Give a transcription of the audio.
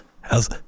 How's